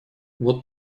вот